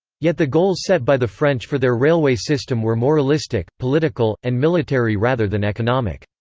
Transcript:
yet the goals set by the french for their railway system were moralistic, political, and military rather than economic.